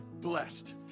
blessed